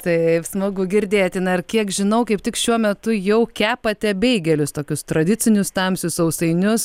taip smagu girdėti na ir kiek žinau kaip tik šiuo metu jau kepate beigelius tokius tradicinius tamsius sausainius